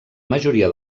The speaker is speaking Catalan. majoria